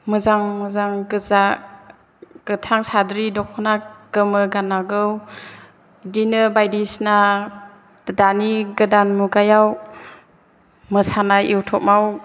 मोजां मोजां गोजा गोथां साद्रि दख'ना गोमो गाननांगौ बिदिनो बायदिसिना दानि गोदान मुगायाव मोसानाय इउटुबआव